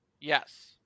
yes